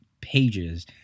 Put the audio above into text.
pages